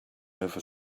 over